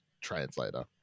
translator